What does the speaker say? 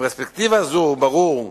מפרספקטיבה זו ברור,